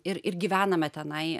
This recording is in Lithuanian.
ir ir gyvename tenai